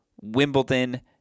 Wimbledon